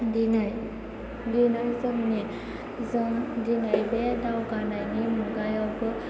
दिनै जों दिनै बे दावगानायनि मुगायावबो